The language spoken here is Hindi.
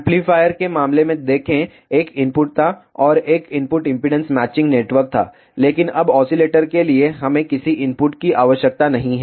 एम्पलीफायर के मामले में देखें एक इनपुट था और एक इनपुट इम्पीडेन्स मैचिंग नेटवर्क था लेकिन अब ऑसिलेटर के लिए हमें किसी इनपुट की आवश्यकता नहीं है